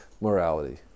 morality